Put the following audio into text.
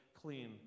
clean